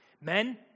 Men